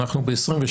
ואנחנו ב-2022.